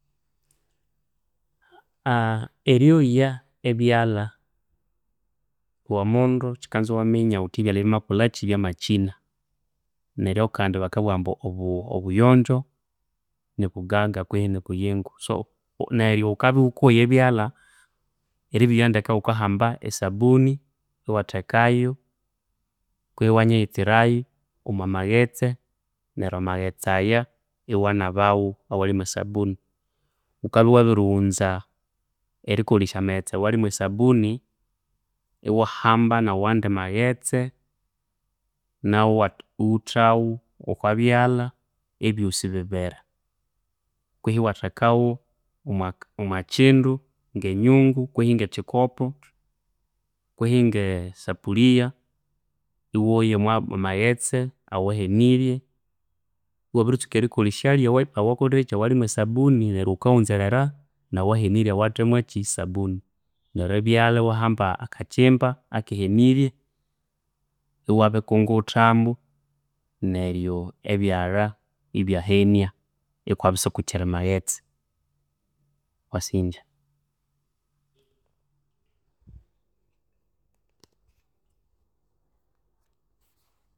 eryoya ebyalha, iwe mundu kikanza iwaminya ghuthi ebyalha byama kina. Neryo kandi bakabugha ambu obuyonjo ni bugaga kwehi ni buyingo neryo ghukabya ghukoya ebyalha, eribyoya ndeke ghukamba esabuni iwathekayo kwehi iwnyighitsirayo omwa maghetse neryo amghete aya iwanabawo awali mwa sabuni. Ghukabya wabirighunza erikolhesya amaghetse awali mwe sabuni, iwa hamba nawandi maghetse naghu iwithawo okwa byalha ebyosi bibiri kwisi iwathekagho omwa kindu nge nyungu kwehi nge kikopo kwehi nge safuliya iwoya omwa maghetse owa henirye iwabiritsuka erikolhesya alya awali mwe sabuni neryo gukaghunzerera na wa henirye awate mwaki e sabuni neryo ebyalha iwa hamba akakimba akahenirye iwa bikinguthamo neryo ebyalha ibya henia ikwabya isikukire amaghetse, mwasinja.